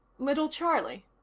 little charlie?